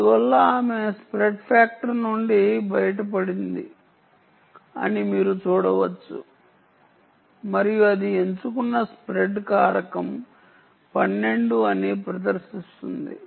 అందువల్ల ఆమె spread factor నుండి బయటపడండి అని మీరు చూడవచ్చు మరియు అది ఎంచుకున్న స్ప్రెడ్ కారకం 12 అని ప్రదర్శిస్తుంది